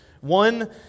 one